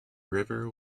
river